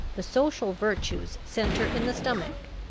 the social virtues center in the stomach.